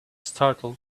startled